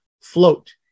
float